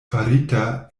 farita